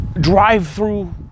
drive-through